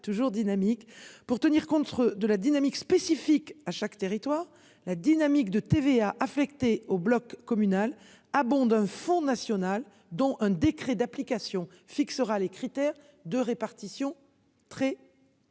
toujours dynamique pour tenir contre de la dynamique spécifiques à chaque territoire, la dynamique de TVA, affectée au bloc communal, abonde un fonds national dont un décret d'application fixera les critères de répartition très. Bientôt.